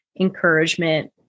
encouragement